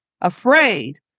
afraid